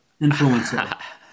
Influencer